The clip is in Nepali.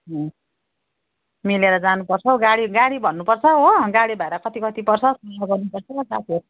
उम् मिलेर जानुपर्छ हौ गाडी गाडी भन्नुपर्छ हो गाडी भाडा कति कति पर्छ सल्लाह गर्नुपर्छ साथीहरू